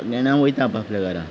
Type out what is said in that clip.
सगळेजाणा वयता आप आपले घरा